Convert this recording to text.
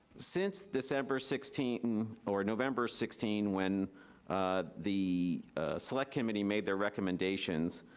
since december sixteen, or november sixteen when the select committee made their recommendations,